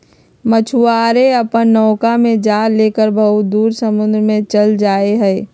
मछुआरे अपन नौका में जाल लेकर बहुत दूर समुद्र में चल जाहई